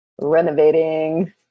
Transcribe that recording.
renovating